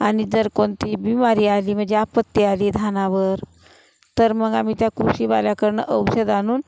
आणि जर कोणती बिमारी आली म्हणजे आपत्ती आली धानावर तर मग आमी त्या कृषीवाल्याकडून औषध आणून